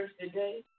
today